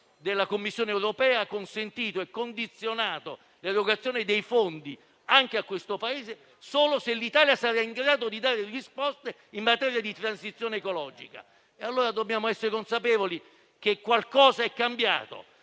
Commissione europea oggi ha consentito e condizionato l'erogazione dei fondi a questo Paese solo se l'Italia sarà in grado di dare risposte in materia di transizione ecologica. Dobbiamo essere consapevoli, dunque, che qualcosa è cambiato.